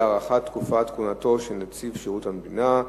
בנושא: הארכת תקופת כהונתו של נציב שירות המדינה.